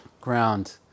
Ground